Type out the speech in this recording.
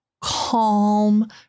calm